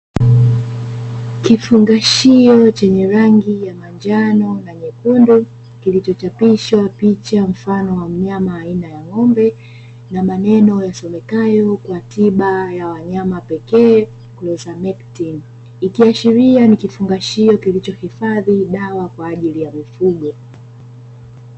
Kifungashio chenye rangi ya manjano na nyekundu kilichochapishwa picha mfano wa mnyama aina ya ng'ombe, na maneno yasomekayo "katiba ya wanyama pekee" ikiashiria ni kifungashio kilichohifadhi dawa kwaajili ya mifugo.